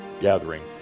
gathering